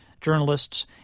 journalists